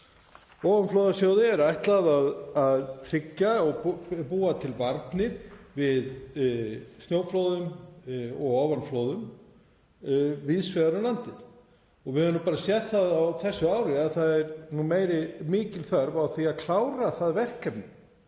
Ofanflóðasjóði er ætlað að tryggja og búa til varnir við snjóflóðum og ofanflóðum víðs vegar um landið og við höfum séð það á þessu ári að það er nú mikil þörf á því að klára það verkefni.